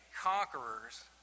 conquerors